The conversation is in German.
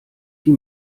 die